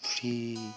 free